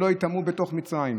שלא ייטמעו בתוך מצרים.